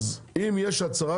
אם יש הצהרה